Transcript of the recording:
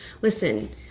Listen